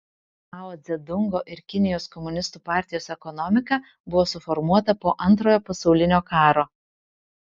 mao dzedungo ir kinijos komunistų partijos ekonomika buvo suformuota po antrojo pasaulinio karo